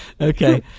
Okay